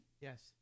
Yes